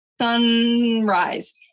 sunrise